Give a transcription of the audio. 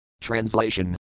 Translation